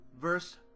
verse